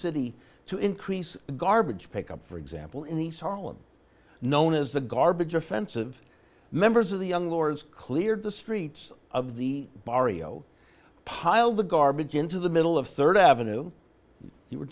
city to increase the garbage pick up for example in these harlem known as the garbage offensive members of the young lords cleared the streets of the barrio pile the garbage into the middle of rd avenue they were